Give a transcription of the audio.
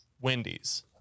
Wendy's